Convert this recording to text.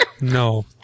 No